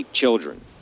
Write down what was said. children